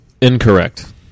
Incorrect